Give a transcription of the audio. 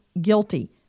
guilty